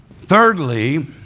Thirdly